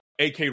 AK